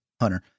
Hunter